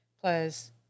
plus